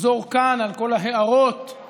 לחזור כאן על כל ההערות, את